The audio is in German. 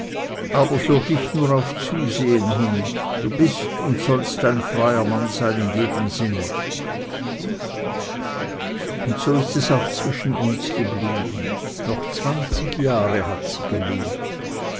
aber für dich nur auf zusehen hin du bist und sollst sein ein freier mann in jedem sinne und so ist es auch zwischen uns geblieben noch zwanzig jahre hat sie gelebt